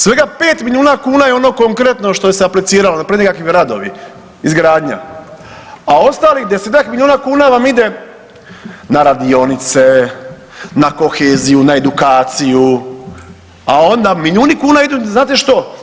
Svega pet milijuna kuna je ono konkretno što se apliciralo, nekakvi radovi, izgradnja, a ostalih desetak milijuna kuna vam ide na radionice, na koheziju, na edukaciju a onda milijuni kuna idu znate što?